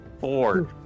Four